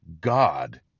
God